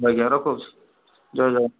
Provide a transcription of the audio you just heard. ଆଜ୍ଞା ରଖୁଛି ଜୟ ଜଗନ୍ନାଥ